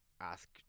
ask